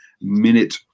minute